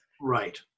Right